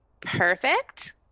Perfect